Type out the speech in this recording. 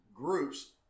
Groups